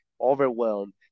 overwhelmed